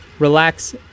Relax